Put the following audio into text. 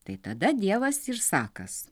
tai tada dievas ir sakąs